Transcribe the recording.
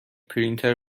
پرینتر